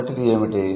మొదటిది ఏమిటి